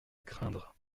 craindre